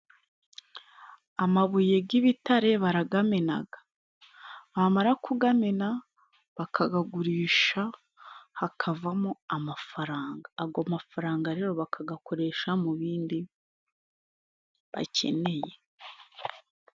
Amabuye g'ibitare baragamenaga, bamara kugamena bakagagurisha hakavamo amafaranga ago mafaranga rero bakagakoresha mu bindi bakeneye.